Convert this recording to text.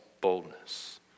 boldness